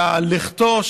ושבלכתו,